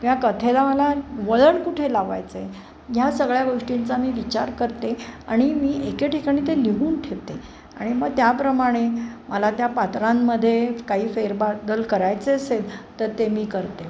ह्या कथेला मला वळण कुठे लावायचं आहे ह्या सगळ्या गोष्टींचा मी विचार करते आणि मी एके ठिकाणी ते लिहून ठेवते आणि मग त्याप्रमाणे मला त्या पात्रांमध्ये काही फेरबदल करायचे असेल तर ते मी करते